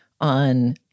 on